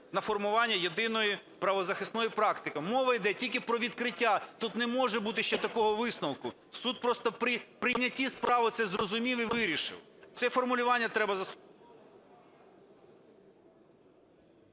та формуванню єдиної правозахисної практики". Мова йде тільки про відкриття. Тут не може бути ще такого висновку. Суд просто при прийнятті справи це зрозумів і вирішив. Це формулювання треба… ГОЛОВУЮЧИЙ.